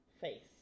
face